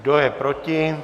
Kdo je proti?